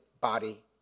body